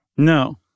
No